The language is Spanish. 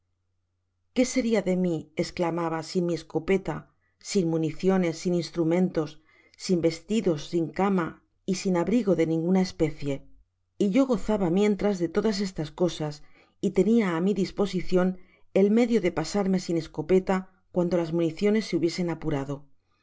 qué seria de mi esclamaba sin mi escopeta sin municiones sin instrumentos sin vestidos sin cama y sin abrigo de ninguna especie y yo gozaba mientras de todas estas cosas y tenia á mi disposicion el medio de pasarme sin escopeta cuando las municiones se hubiesen apurado